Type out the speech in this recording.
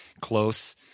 close